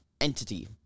entity